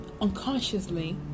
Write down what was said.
unconsciously